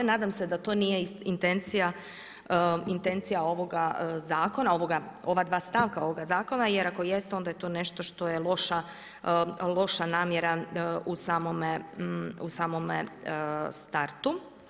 Nadam se da to nije intencija ovoga zakona, ova dva stavka ova dva zakona jer ako jeste onda je to nešto što je loša namjera u samome startu.